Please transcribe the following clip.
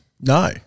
No